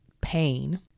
pain